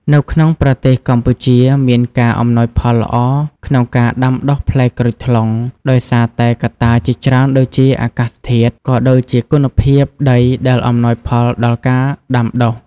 នៅក្នុងប្រទេសកម្ពុជាមានការអំណោយផលល្អក្នុងការដាំដុះផ្លែក្រូចថ្លុង ដោយសារតែកត្តាជាច្រើនដូចជាអាកាសធាតុ ក៏ដូចជាគុណភាពដីដែលអំណោយផលដល់ការដាំដុះ។